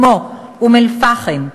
כמו אום-אלפחם,